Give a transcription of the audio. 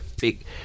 big